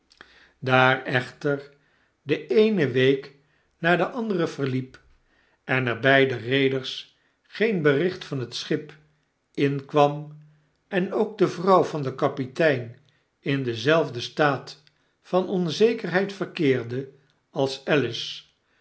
daar echter de eene week na de andere verliep en er bg de reeders geen bericht van het schip inkwam en ook de vrouw van den kapitein in denzelfden staat van onzekerheid verkeerde als alice